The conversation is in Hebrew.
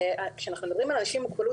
כשאנחנו מדברים על אנשים עם מוגבלות,